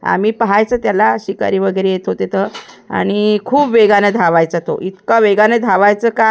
आम्ही पाहायचं त्याला शिकारी वगैरे येत होते तर आणि खूप वेगानं धावायचा तो इतका वेगानं धावायचं का